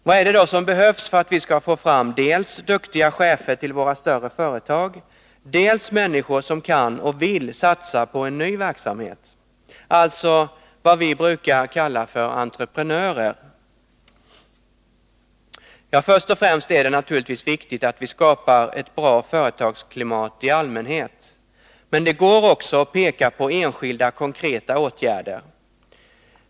Vad är det då som behövs för att vi skall få fram dels duktiga chefer till våra större företag, dels människor som kan och vill satsa på en ny verksamhet, alltså vad vi brukar kalla entreprenörer? Ja, först och främst är det naturligtvis viktigt att vi skapar ett bra företagsklimat i allmänhet. Men det går också att peka på enskilda konkreta åtgärder.